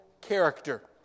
character